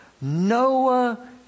Noah